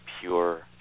pure